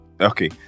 Okay